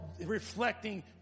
reflecting